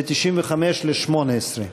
ל-95 ל-2018.